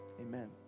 amen